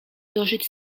dożyć